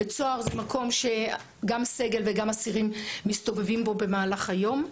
בית סוהר זה מקום שגם סגל וגם אסירים מסתובבים בו במהלך היום.